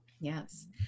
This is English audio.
Yes